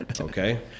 Okay